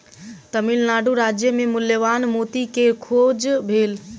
तमिल नाडु राज्य मे मूल्यवान मोती के खोज भेल